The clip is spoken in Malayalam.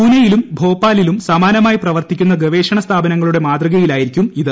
പൂനെയിലും ഭോപ്പാലിലും സമാനമായി പ്രവർത്തിക്കുന്ന ഗവേഷണ സ്ഥാപനങ്ങളുടെ മാതൃകയിലായിരിക്കും ഇത്